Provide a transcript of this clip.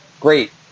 Great